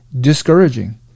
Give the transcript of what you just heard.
discouraging